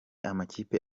amakipe